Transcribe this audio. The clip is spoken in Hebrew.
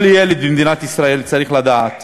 כל ילד במדינת ישראל צריך לדעת